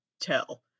tell